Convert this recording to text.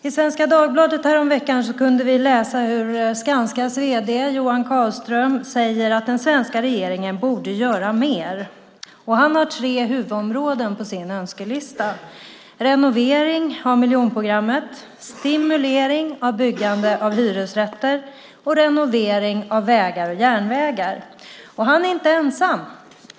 I Svenska Dagbladet häromveckan kunde vi läsa hur Skanskas vd Johan Karlström säger att den svenska regeringen borde göra mer. Han har tre huvudområden på sin önskelista: renovering av miljonprogrammet, stimulering av byggande av hyresrätter och renovering av vägar och järnvägar. Han är inte ensam.